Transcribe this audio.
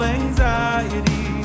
anxiety